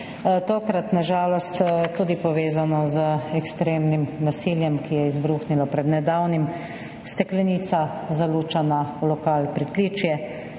Tokrat na žalost tudi povezano z ekstremnim nasiljem, ki je izbruhnilo pred nedavnim. Steklenica, zalučana v lokal Pritličje,